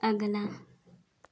अगला